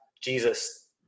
jesus